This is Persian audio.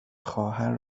خواهر